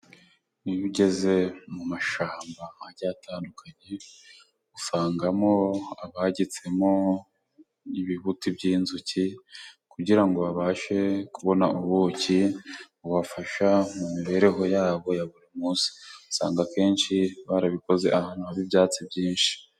Iyo ugeze mu mashyamba agiye atandukanye usangamo abagitsemo ibihuti by'inzuki , kugira ngo babashe kubona ubuki bubafasha mu mibereho yabo ya buri munsi. Usanga akenshi barabikoze ahantu haba ibyatsi byinshi.